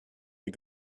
die